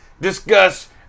discuss